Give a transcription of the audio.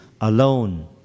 alone